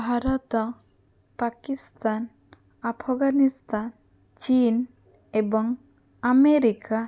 ଭାରତ ପାକିସ୍ତାନ ଆଫଗାନିସ୍ତାନ ଚୀନ ଏବଂ ଆମେରିକା